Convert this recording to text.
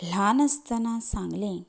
ल्हान आसतना सांगलें